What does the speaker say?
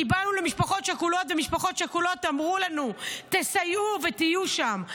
כי באנו למשפחות שכולות ומשפחות שכולות אמרו לנו: תסייעו ותהיו שם.